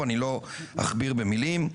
ואני לא אכביר במלים,